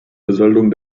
besoldung